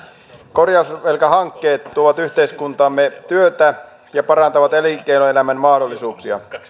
korjausvelkahankkeet tuovat yhteiskuntaamme työtä ja parantavat elinkeinoelämän mahdollisuuksia